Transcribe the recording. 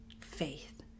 faith